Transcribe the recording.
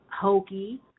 hokey